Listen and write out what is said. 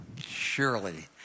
surely